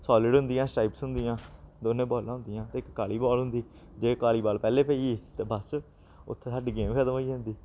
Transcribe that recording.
solid होंदियां stripes होंदियां दोनें बालां होंदियां ते इक काली बाल होंदी जे काली बाल पैह्लें पेई गेई ते बस उत्थै साढ़ी गेम खतम होई जंदी